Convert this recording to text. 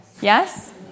Yes